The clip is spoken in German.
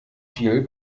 viel